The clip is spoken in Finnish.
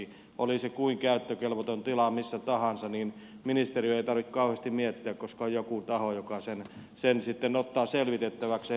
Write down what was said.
oli se kuinka käyttökelvoton tila missä tahansa niin ministeriön ei tarvitse kauheasti miettiä koska on joku taho joka sen sitten ottaa selvitettäväkseen